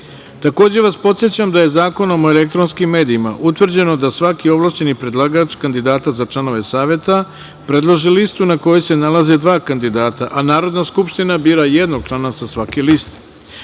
vas podsećam da je Zakonom o elektronskim medijima utvrđeno da svaki ovlašćeni predlagač kandidata za članove Saveta predlaže listu na kojoj se nalaze dva kandidata, a Narodna skupština bira jednog člana sa svake